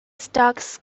stacks